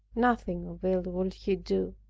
nothing of it would he do.